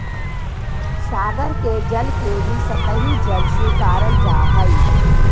सागर के जल के भी सतही जल स्वीकारल जा हई